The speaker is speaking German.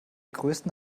größten